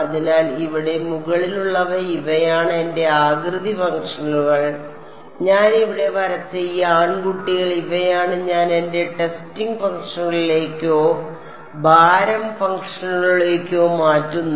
അതിനാൽ ഇവിടെ മുകളിലുള്ളവ ഇവയാണ് എന്റെ ആകൃതി ഫംഗ്ഷനുകൾ ഞാൻ ഇവിടെ വരച്ച ഈ ആൺകുട്ടികൾ ഇവയാണ് ഞാൻ എന്റെ ടെസ്റ്റിംഗ് ഫംഗ്ഷനുകളിലേക്കോ ഭാരം ഫംഗ്ഷനുകളിലേക്കോ മാറ്റുന്നത്